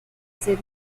sede